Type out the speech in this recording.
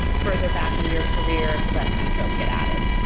further back in your career, less details get added.